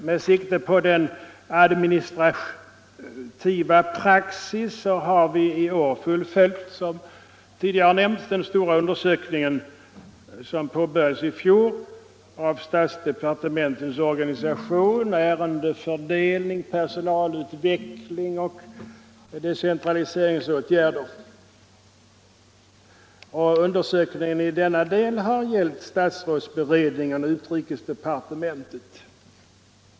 Med sikte på administrativ praxis har vi i år, som tidigare nämnts, fullföljt den stora undersökning som påbörjades i fjol av statsdepartementens organisation, ärendefördelning, personalutveckling och decentraliseringsåtgärder. Undersökningen i denna del har gällt statsrådsberedningen och utrikesdepartementet.